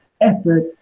effort